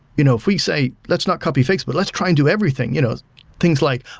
you know if we say let's not copy facebook. let's try and do everything. you know things like,